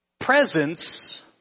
Presence